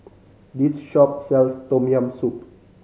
this shop sells Tom Yam Soup